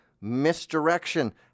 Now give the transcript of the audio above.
misdirection